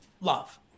love